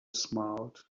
smiled